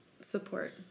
Support